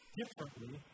differently